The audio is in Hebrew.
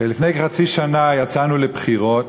ולפני כחצי שנה יצאנו לבחירות,